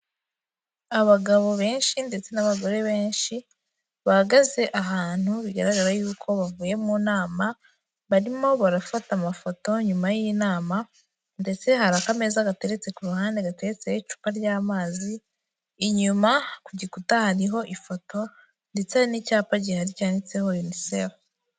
Abagabo benshi ndetse n’abagore benshi, bahagaze ahantu bigaragara yuko bavuye mu nama, barimo barafata amafoto nyuma y’inama. Hari akameza gateretse ku ruhande, gatetseho icupa ry’amazi. Inyuma ku gikuta, hariho ifoto, ndetse n’icyapa gihari.